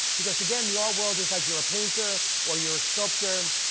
because again the art world is like you're a painter, or you're a sculptor,